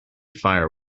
fire